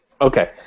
Okay